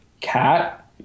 cat